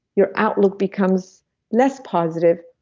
your outlook becomes less positive,